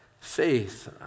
faith